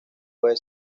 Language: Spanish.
puede